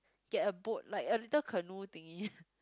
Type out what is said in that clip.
get a boat like a little canoe thingy